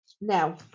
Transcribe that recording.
now